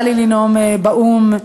יצא לי לנאום באו"ם,